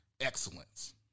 excellence